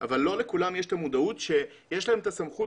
אבל לא לכולם יש מודעות שיש להם סמכות